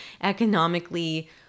economically